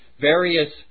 various